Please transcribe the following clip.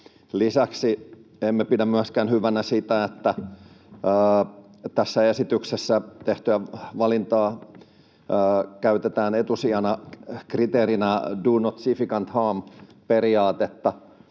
Lisäksi emme pidä myöskään hyvänä tässä esityksessä tehtyä valintaa käyttää etusijan kriteerinä do no significant harm -periaatetta.